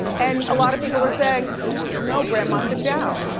and a lot of people are saying no, grandma, sit down.